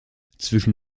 zwischen